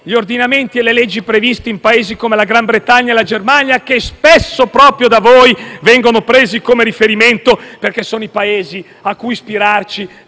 gli ordinamenti e le leggi previste in Paesi come la Gran Bretagna e la Germania, che spesso, proprio da voi, vengono presi a riferimento, perché sono i Paesi a cui ispirarci